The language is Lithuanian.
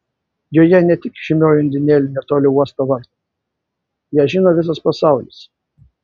joje ne tik žymioji undinėlė netoli uosto vartų ją žino visas pasaulis